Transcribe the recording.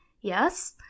yes